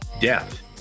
death